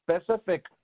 specific